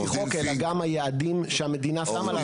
אלא גם היעדים שהמדינה שמה לה זה חשוב.